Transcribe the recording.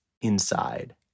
inside